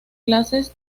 clases